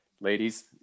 ladies